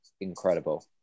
incredible